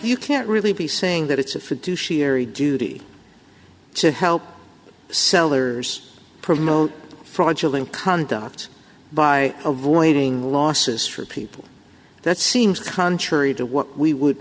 you can't really be saying that it's a fiduciary duty to help sellers promote fraudulent conduct by avoiding losses for people that seems contrary to what we would